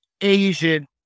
Asian